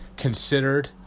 considered